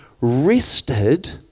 rested